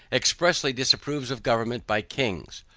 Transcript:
expressly disapproves of government by kings.